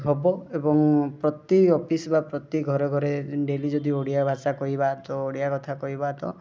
ହେବ ଏବଂ ପ୍ରତି ଅଫିସ୍ ବା ପ୍ରତି ଘରେ ଘରେ ଡେଲି ଯଦି ଓଡ଼ିଆ ଭାଷା କହିବା ତ ଓଡ଼ିଆ କଥା କହିବା ତ